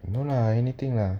no lah anything lah